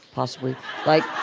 possibly like